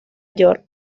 york